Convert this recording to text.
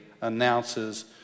announces